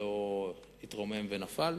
שלא התרומם ונפל,